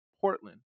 Portland